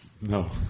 No